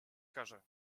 каже